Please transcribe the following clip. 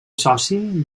soci